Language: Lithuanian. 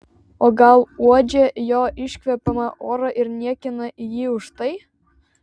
o gal uodžia jo iškvepiamą orą ir niekina jį už tai